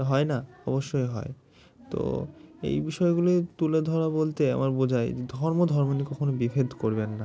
হয় না অবশ্যই হয় তো এই বিষয়গুলি তুলে ধরা বলতে আমার বোঝায় ধর্ম ধর্ম নিয়ে কখনও বিভেদ করবেন না